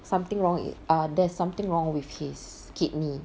something wrong err there's something wrong with his kidney